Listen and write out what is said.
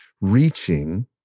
reaching